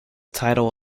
title